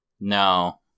No